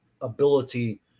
ability